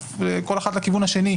כשכל אחת לכיוון השני,